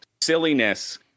silliness